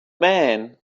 man